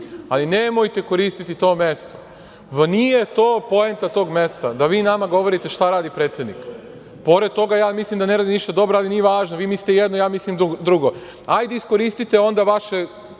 ali nemojte koristiti to mesto. Nije to poenta tog mesta, da vi nama govorite šta radi predsednik. Pored toga, ja mislim da ne radi ništa dobro, ali nije važno. Vi mislite jedno, ja mislim drugo. Ajde iskoristite onda vašu